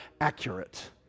accurate